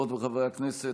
וחברי הכנסת,